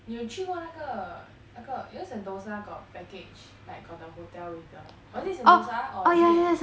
你有去过那个那个 you know sentosa got package like got the hotel waiter or is it sentosa or is it